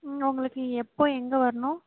உங்களுக்கு எப்போ எங்கே வரணும்